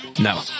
no